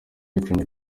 icumbi